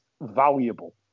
valuable